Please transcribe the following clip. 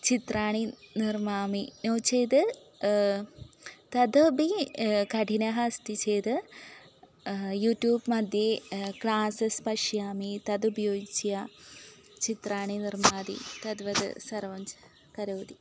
चित्राणि निर्मामि नो चेद् तदपि कठिणम् अस्ति चेद् यूट्यूब् मध्ये क्लासस् पश्यामि तद् उपयुज्य चित्राणि निर्माति तद्वद् सर्वं च करोति